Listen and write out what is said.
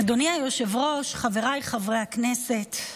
אדוני היושב-ראש, חבריי חברי הכנסת,